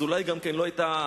אז אולי גם לא היתה,